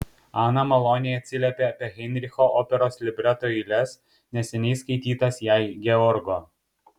ana maloniai atsiliepė apie heinricho operos libreto eiles neseniai skaitytas jai georgo